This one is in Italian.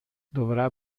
dovrà